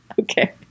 Okay